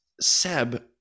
Seb